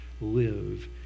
live